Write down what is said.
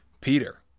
peter